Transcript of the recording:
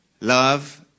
love